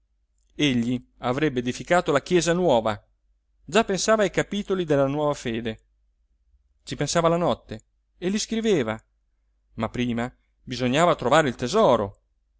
egli avrebbe edificato la chiesa nuova già pensava ai capitoli della nuova fede ci pensava la notte e li scriveva ma prima bisognava trovare il tesoro